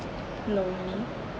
lonely